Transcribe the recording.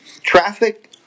Traffic